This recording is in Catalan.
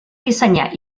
dissenyar